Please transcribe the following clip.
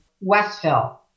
Westville